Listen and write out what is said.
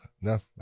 no